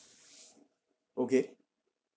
okay